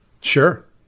Sure